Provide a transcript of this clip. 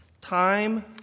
Time